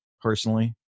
personally